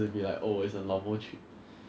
that's why you need to invest [what] if you invest